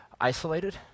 isolated